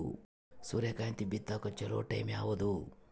ಸೂರ್ಯಕಾಂತಿ ಬಿತ್ತಕ ಚೋಲೊ ಟೈಂ ಯಾವುದು?